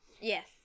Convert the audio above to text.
Yes